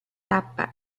tappa